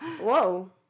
Whoa